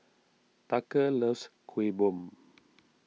Tucker loves Kuih Bom